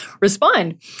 respond